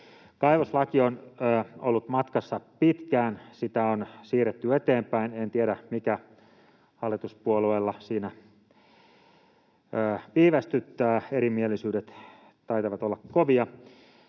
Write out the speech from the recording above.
Kaivoslaki on ollut matkassa pitkään, sitä on siirretty eteenpäin. En tiedä, mikä hallituspuolueilla siinä viivästyttää. Erimielisyydet taitavat olla kovia.